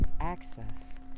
access